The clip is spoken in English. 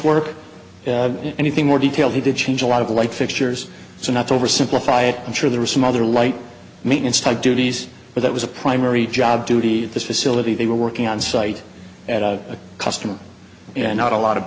work and anything more detailed he did change a lot of light fixtures so not to over simplify it i'm sure there were some other light maintenance type duties but that was a primary job duty at this facility they were working on site at a custom you know not a lot of